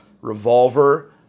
Revolver